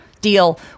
deal